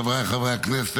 חבריי חברי הכנסת,